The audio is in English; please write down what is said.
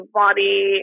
body